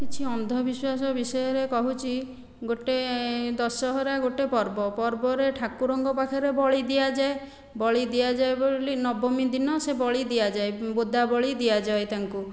କିଛି ଅନ୍ଧବିଶ୍ୱାସ ବିଷୟରେ କହୁଛି ଗୋଟିଏ ଦଶହରା ଗୋଟିଏ ପର୍ବ ପର୍ବରେ ଠାକୁରଙ୍କ ପାଖରେ ବଳି ଦିଆଯାଏ ବଳି ଦିଆଯାଏ ବୋଲି ନବମୀ ଦିନ ସେ ବଳି ଦିଆଯାଏ ବୋଦା ବଳି ଦିଆଯାଏ ତାଙ୍କୁ